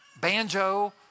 banjo